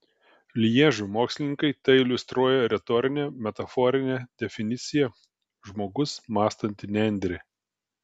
lježo mokslininkai tai iliustruoja retorine metaforine definicija žmogus mąstanti nendrė